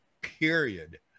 period